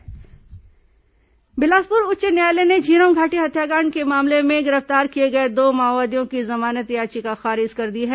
high court याचिका खारिज बिलासपुर उच्च न्यायालय ने झीरम घाटी हत्याकांड के मामले में गिरफ्तार किए गए दो माओवादियों की जमानत याचिका खारिज कर दी है